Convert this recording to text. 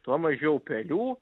tuo mažiau pelių